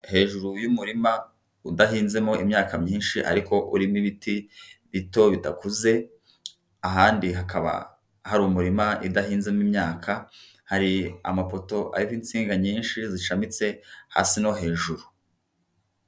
Hejuru y'umurima udahinzemo imyaka myinshi, ariko n'ibiti bito bidakuze ahandi hakaba hari umurima udahinzemo imyaka, hari amapoto ari insinga nyinshi zishambitse hasi no hejuru.